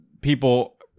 people